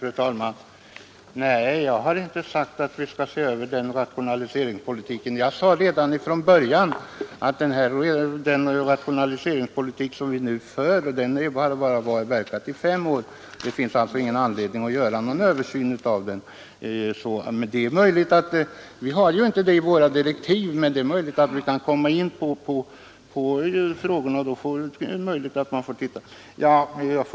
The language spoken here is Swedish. Fru talman! Nej, jag har inte sagt att vi skall se över denna rationaliseringspolitik. Redan från början sade jag att den rationaliseringspolitik vi nu för bara verkat i fem år, varför det inte finns anledning att göra någon översyn. Detta ingår inte i våra direktiv; men det är möjligt att vi kan komma in på denna fråga och då får vi göra ett ställningstagande då.